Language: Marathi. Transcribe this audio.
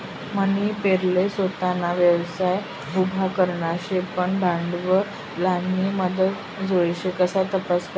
मनी पोरले सोताना व्यवसाय उभा करना शे पन भांडवलनी मदत जोइजे कशा तपास करवा?